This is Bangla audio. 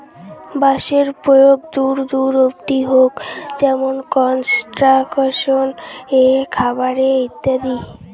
বাঁশের প্রয়োগ দূর দূর অব্দি হউক যেমন কনস্ট্রাকশন এ, খাবার এ ইত্যাদি